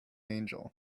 angel